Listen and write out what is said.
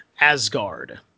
Asgard